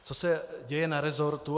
Co se děje na resortu.